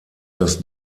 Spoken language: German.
das